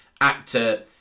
actor